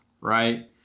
right